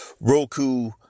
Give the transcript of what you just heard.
Roku